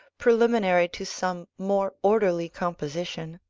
preliminary to some more orderly composition.